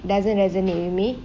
doesn't resonate with me